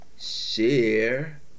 share